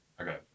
Okay